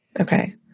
Okay